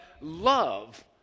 love